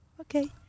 okay